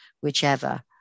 whichever